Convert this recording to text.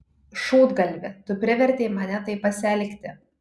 šūdgalvi tu privertei mane taip pasielgti